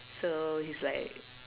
so he is like